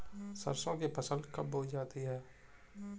सरसों की फसल कब बोई जाती है?